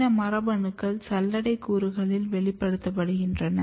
இந்த மரபணுக்கள் சல்லடை கூறுகளில் வெளிப்படுத்தப்படுகின்றன